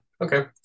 okay